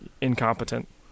incompetent